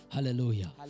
Hallelujah